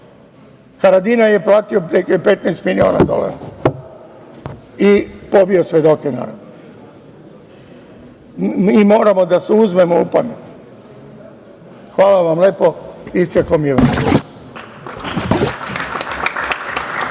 Haradinaj je platio 15 miliona dolara i dobio svedoke, naravno. Mi moramo da se uzmemo u pamet. Hvala vam lepo. Isteklo mi